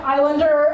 Islander